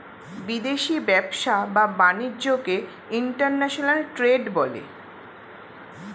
বিদেশি ব্যবসা বা বাণিজ্যকে ইন্টারন্যাশনাল ট্রেড বলে